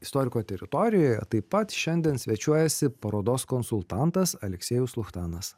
istoriko teritorijoje taip pat šiandien svečiuojasi parodos konsultantas aleksiejus luchtanas